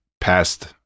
past